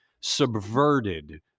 subverted